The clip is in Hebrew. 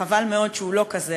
חבל מאוד שהוא לא כזה.